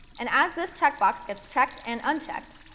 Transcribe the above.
and as this checkbox gets checked and unchecked,